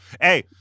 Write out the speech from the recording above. Hey